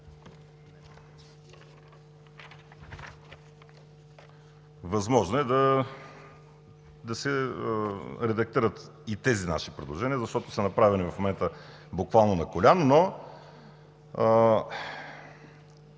възможно е да се редактират и тези наши предложения, защото са направени в момента, буквално на коляно: